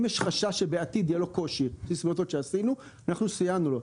אם יש חשש שבעתיד יהיה לו קושי, אנחנו סייענו לו.